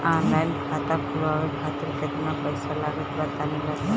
Online खाता खूलवावे खातिर केतना पईसा लागत बा तनि बताईं?